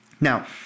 Now